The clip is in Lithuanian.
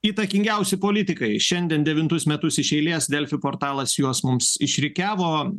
įtakingiausi politikai šiandien devintus metus iš eilės delfi portalas juos mums išrikiavo